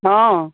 অঁ